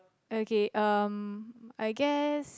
okay um I guess